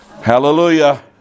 Hallelujah